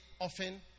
often